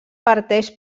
parteix